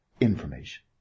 information